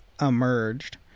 emerged